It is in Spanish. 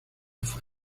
fue